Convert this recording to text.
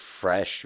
fresh